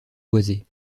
boisée